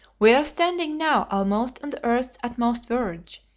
we are standing now almost on the earth's utmost verge,